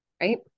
right